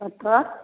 कतऽ